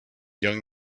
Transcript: young